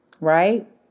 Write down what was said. Right